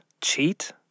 Cheat